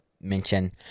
mention